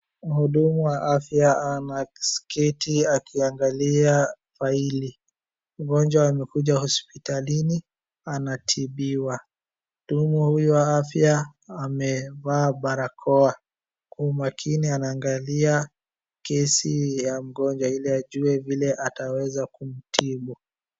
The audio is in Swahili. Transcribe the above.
Mhudumu wa afya anaketi akiangalia faili. Mgonjwa amekuja hospitalini, anatibiwa. Mhudumu huyu wa afya amevaa barakoa. Kwa umakini anaangalia kesi ya mgonjwa ili ajue vile ataweza kumtibu.